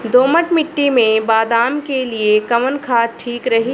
दोमट मिट्टी मे बादाम के लिए कवन खाद ठीक रही?